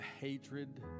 hatred